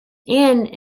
and